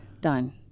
done